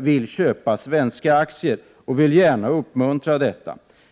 vill köpa svenska aktier, och vi vill gärna uppmuntra detta.